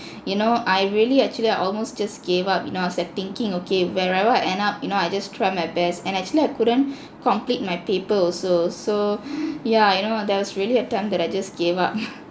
you know I really actually I almost just gave up you know I was like thinking okay wherever I end up you know I just try my best and actually I couldn't complete my paper also so yeah you know that was really a time that I just gave up